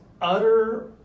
utter